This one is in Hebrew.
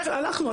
אנחנו,